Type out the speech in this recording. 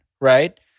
right